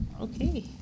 Okay